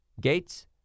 Gates